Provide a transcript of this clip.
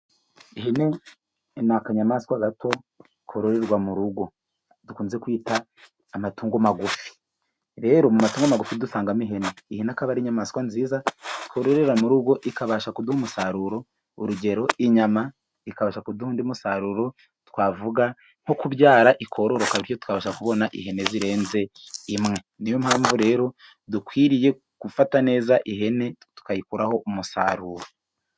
Ihene ni akanyamaswa gato, kororerwa mu rugo, dukunze kwita amatungo magufi. Rero, mu matungo magufi, dusangamo ihene. Ihene ikaba ari inyamaswa nziza, tworera mu rugo, ikabasha kuduha umusaruro, urugero inyama. Ikabasha kuduha undi musaruro, twavuga nko kubyara, ikororoka, bityo tukabasha kubona ihene zirenze imwe. Ni yo mpamvu rero, dukwiriye gufata neza ihene, tukayikuraho umusaruro.